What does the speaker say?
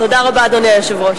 תודה רבה, אדוני היושב-ראש.